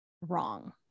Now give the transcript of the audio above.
wrong